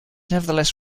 nevertheless